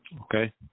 okay